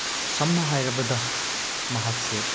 ꯁꯝꯅ ꯍꯥꯏꯔꯕꯗ ꯃꯍꯥꯛꯁꯦ